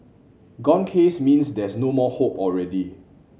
gone case means there's no more hope already